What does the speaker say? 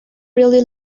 really